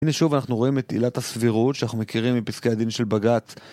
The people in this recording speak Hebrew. הנה שוב אנחנו רואים את תעילת הסבירות שאנחנו מכירים מפסקי הדין של בג"צ.